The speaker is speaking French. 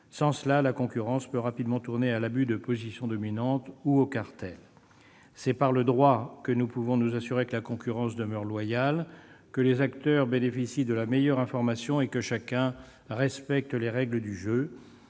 Sans cela, la concurrence peut rapidement tourner à l'abus de position dominante ou au cartel. C'est par le droit que nous pouvons nous assurer que la concurrence demeure loyale, que les acteurs bénéficient de la meilleure information et que chacun respecte les règles du jeu.